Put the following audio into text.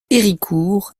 héricourt